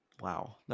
Wow